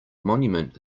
monument